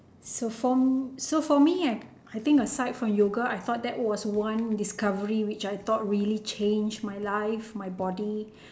so for so for me I I think aside from yoga I thought that was one discovery which I thought really changed my life my body